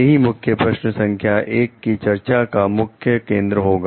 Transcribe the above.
यही मुख्य प्रश्न संख्या 1 की चर्चा का मुख्य केंद्र होगा